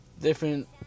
Different